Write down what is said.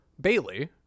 bailey